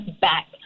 back